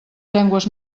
llengües